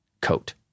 coat